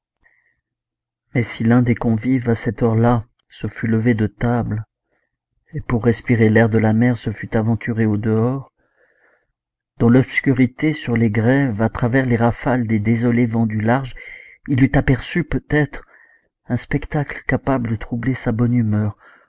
si l'un des convives à cette heure-là se fût levé de table et pour respirer l'air de mer se fût aventuré au dehors dans l'obscurité sur les grèves à travers les rafales des désolés vents du large il eût aperçu peut-être un spectacle capable de troubler sa bonne humeur